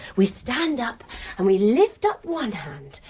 we stand up and we lift up one hand.